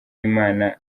imana